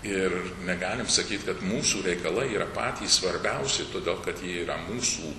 ir negalim sakyt kad mūsų reikalai yra patys svarbiausi todėl kad jie yra mūsų